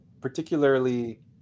particularly